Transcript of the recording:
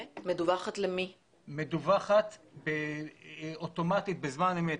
נוהל דיווח שמגדיר את המובן מאליו - שצריך לדווח בזמן אמת.